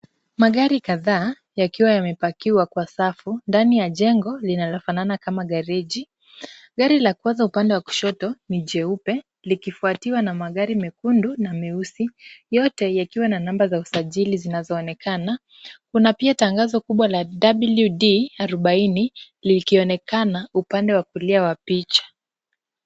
Magari kadhaa yakiwa yamepakiwa kwa safu ndani ya jengo linalofana kama gareji, gari la kwanza upande wa kushoto ni jeupe likifuatiwa na magari mekundu na meusi, yote yakiwa na namba za usajili zinazoonekana. Kuna pia tangazo kubwa la WD-40 likionekana upande wa kulia wa picha.